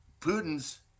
Putin's